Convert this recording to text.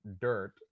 dirt